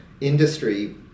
industry